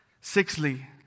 Sixthly